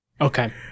Okay